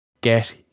get